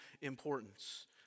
importance